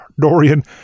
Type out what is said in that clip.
Dorian